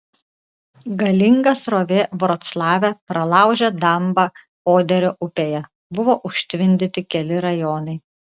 galinga srovė vroclave pralaužė dambą oderio upėje buvo užtvindyti keli rajonai